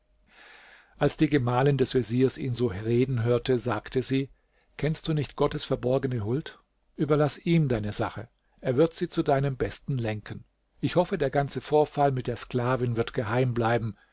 als die gemahlin des veziers ihn so reden hörte sagte sie kennst du nicht gottes verborgene huld überlaß ihm deine sache er wird sie zu deinem besten lenken ich hoffe der ganze vorfall mit der sklavin wird geheim bleiben